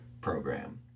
program